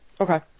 Okay